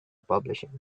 publishing